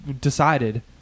decided